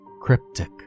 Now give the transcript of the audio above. cryptic